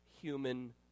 human